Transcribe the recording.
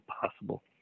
possible